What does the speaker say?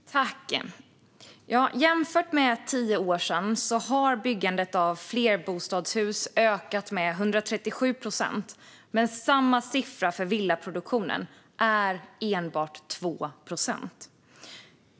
Herr ålderspresident! Jämfört med för tio år sedan har byggandet av flerbostadshus ökat med 137 procent, men motsvarande siffra för villaproduktionen är endast 2 procent.